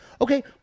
Okay